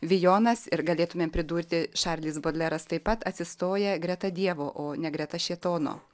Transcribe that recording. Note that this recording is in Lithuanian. vijonas ir galėtumėm pridurti šarlis bodleras taip pat atsistoja greta dievo o ne greta šėtono